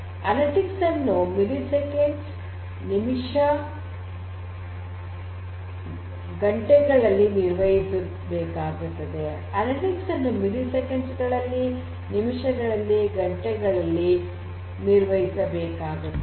analytics ಅನ್ನು milliseconds ಗಳಲ್ಲಿ ನಿಮಿಷಗಳಲ್ಲಿ ಘಂಟೆಗಳಲ್ಲಿ ನಿರ್ವಹಿಸಬೇಕಾಗುತ್ತದೆ